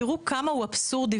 תראו כמה הוא אבסורדי,